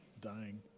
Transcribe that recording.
Dying